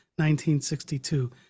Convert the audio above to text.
1962